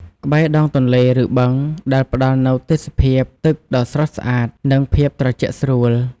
ក្បែរដងទន្លេ ឬបឹង ដែលផ្តល់នូវទេសភាពទឹកដ៏ស្រស់ស្អាត និងភាពត្រជាក់ស្រួល។